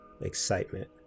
excitement